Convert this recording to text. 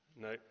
No